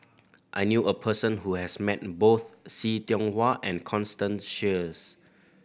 I knew a person who has met both See Tiong Wah and Constance Sheares